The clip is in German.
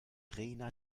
rena